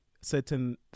certain